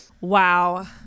Wow